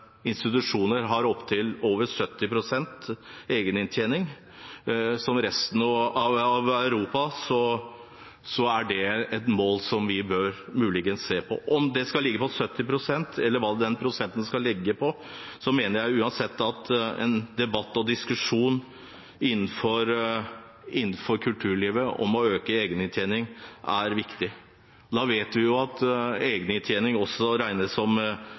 institusjoner har opptil over 70 pst. egeninntjening. Som i resten av Europa er det et mål vi muligens bør se på. Om det skal ligge på 70 pst. eller hva den prosenten skal ligge på, mener jeg uansett at en debatt og diskusjon innenfor kulturlivet om å øke egeninntjening er viktig. Vi vet jo at egeninntjening også regnes som